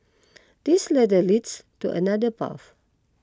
this ladder leads to another path